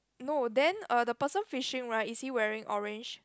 no then uh the person fishing right is he wearing orange